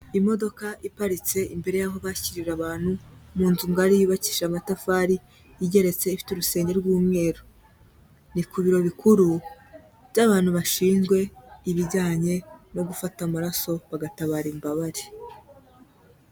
Imodoka iparitse imbere y'aho bakirira abantu, mu nzu ngari yubakishije amatafari, igeretse ifite urusengero rw'umweru, ni ku biro bikuru by'abantu bashinzwe ibijyanye no gufata amaraso bagatabara imbabare.